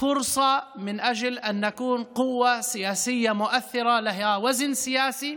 ממשלה חדשה ששמה קץ לתקופת שלטון מסוימת